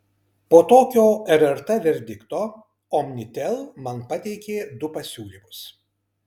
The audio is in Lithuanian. po tokio rrt verdikto omnitel man pateikė du pasiūlymus